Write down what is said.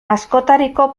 askotariko